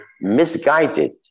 misguided